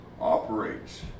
operates